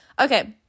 Okay